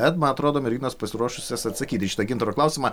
bet man atrodo merginas pasiruošusias atsakyti į šitą gintaro klausimą